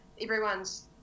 Everyone's